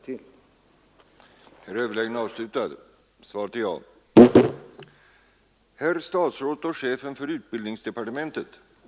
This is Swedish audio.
Torsdagen den